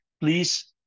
Please